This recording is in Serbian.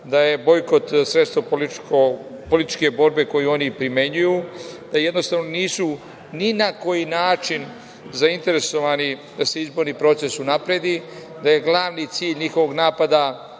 da je bojkot sredstvo političke borbe koju oni primenjuju, da jednostavno nisu ni na koji način zainteresovani da se izborni proces unapredi, da je glavni cilj njihovog napada